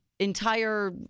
Entire